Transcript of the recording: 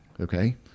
Okay